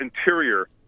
interior